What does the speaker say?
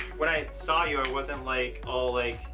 when i saw you, i wasn't like. all like,